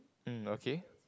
mm okay